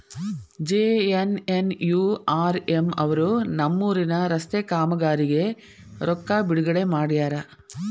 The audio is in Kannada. ಜೆ.ಎನ್.ಎನ್.ಯು.ಆರ್.ಎಂ ಅವರು ನಮ್ಮೂರಿನ ರಸ್ತೆ ಕಾಮಗಾರಿಗೆ ರೊಕ್ಕಾ ಬಿಡುಗಡೆ ಮಾಡ್ಯಾರ